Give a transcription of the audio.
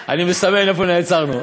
בשעה 21:07 ונתחדשה בשעה 21:19.)